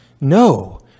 No